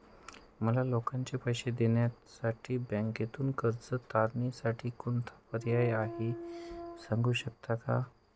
मला लोकांचे पैसे देण्यासाठी बँकेतून कर्ज तारणसाठी कोणता पर्याय आहे? सांगू शकता का?